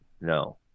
No